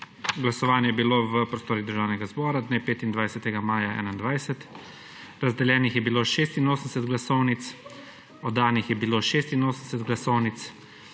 Glasovanje je bilo v prostorih Državnega zbor dne 25. maja 2021. Razdeljenih je bilo 86 glasovnic, oddanih je bilo 86 glasovnic.